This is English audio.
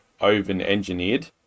over-engineered